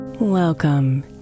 Welcome